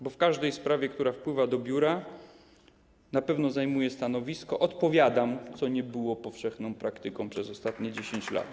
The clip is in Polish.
Bo w każdej sprawie, która wpływa do biura, na pewno zajmuję stanowisko i odpowiadam, co nie było powszechną praktyką przez ostatnie 10 lat.